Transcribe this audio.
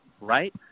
right